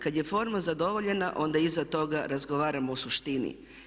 Kad je forma zadovoljena onda iza toga razgovaramo o suštini.